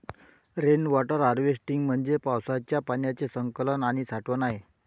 rain water harvesting म्हणजे पावसाच्या पाण्याचे संकलन आणि साठवण आहे